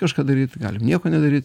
kažką daryt galime nieko nedaryt